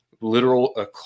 literal